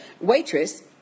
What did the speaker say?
waitress